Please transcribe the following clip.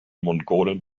mongolen